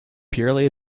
purely